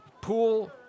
Pool